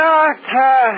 Doctor